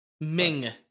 Ming